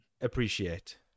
appreciate